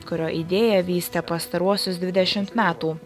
kurio idėją vystė pastaruosius dvidešimt metų